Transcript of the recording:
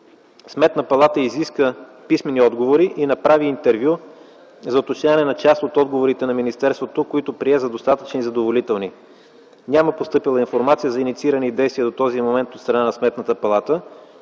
Сметната палата изиска писмени отговори и направи интервю за уточняване на част от отговорите на министерството, които прие за достатъчни и задоволителни. Няма постъпила информация за инициирани действия до този момент от страна на Сметната палата,